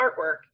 artwork